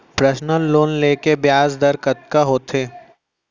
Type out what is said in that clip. Personal loan ले के ब्याज दर कतका होथे?